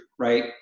Right